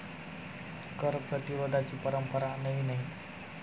कर प्रतिरोधाची परंपरा नवी नाही